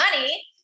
money